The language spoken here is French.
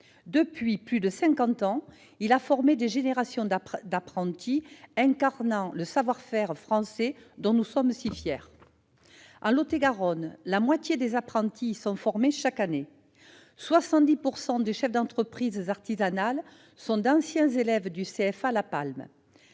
Depuis plus de cinquante ans, il a formé des générations d'apprentis, incarnant le savoir-faire français, dont nous sommes si fiers. En Lot-et-Garonne, la moitié des apprentis y sont formés chaque année et 70 % des chefs d'entreprise artisanale en sont d'anciens élèves. Tous les